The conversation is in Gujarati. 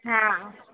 હા